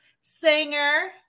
singer